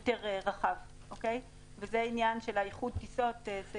יותר רחב, וזה העניין של איחוד טיסות.